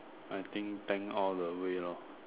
I think thank all the way lor